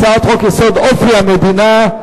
הצעת חוק-יסוד: אופי המדינה,